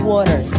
Water